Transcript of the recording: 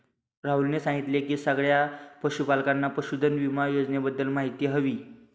राहुलने सांगितले की सगळ्या पशूपालकांना पशुधन विमा योजनेबद्दल माहिती हवी